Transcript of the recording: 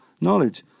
Knowledge